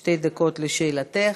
שתי דקות לשאלתך.